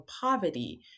poverty